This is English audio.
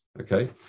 Okay